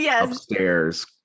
upstairs